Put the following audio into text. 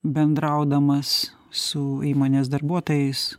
bendraudamas su įmonės darbuotojais